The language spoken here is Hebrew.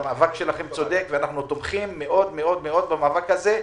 והמאבק שלכם צודק ואנחנו תומכים מאוד במאבק זה.